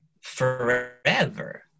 forever